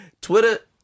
Twitter